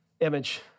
image